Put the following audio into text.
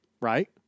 right